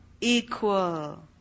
equal